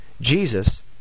Jesus